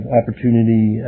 opportunity